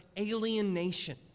alienation